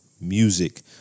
music